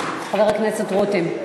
חבר הכנסת רותם,